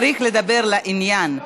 צריך לדבר לעניין,